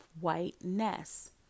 whiteness